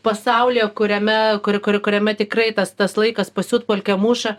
pasaulyje kuriame kur kur kuriame tikrai tas tas laikas pasiutpolkę muša